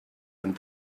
and